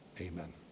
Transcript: Amen